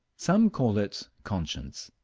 some call it conscience.